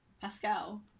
Pascal